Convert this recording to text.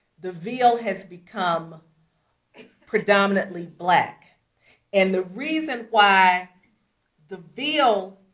the ville has become predominantly black and the reason why the ville